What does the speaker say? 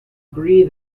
agree